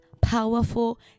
powerful